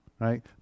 right